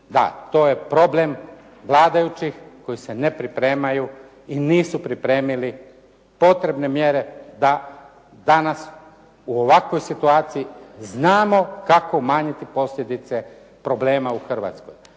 Da, to je problem vladajućih koji se ne pripremaju i nisu pripremili potrebne mjere da danas u ovakvoj situaciji znamo kako umanjiti posljedice problema u Hrvatskoj.